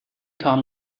tom